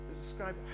describe